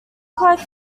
quite